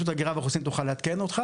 רשות ההגירה והאוכלוסין תוכל לעדכן אותך,